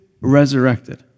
resurrected